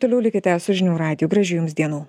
toliau likite su žinių radiju gražių jums dienų